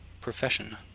profession